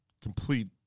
complete